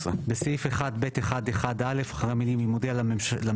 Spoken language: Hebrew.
בסעיף 1(ב1)(1)(א) אחרי המילים 'אם הודיע לממשלה